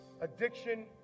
addiction